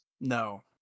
No